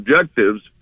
objectives